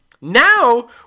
Now